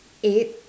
eight